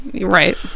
right